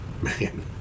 man